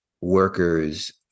workers